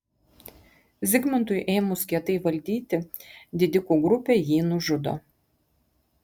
zigmantui ėmus kietai valdyti didikų grupė jį nužudo